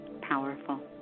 powerful